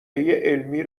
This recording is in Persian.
علمی